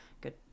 good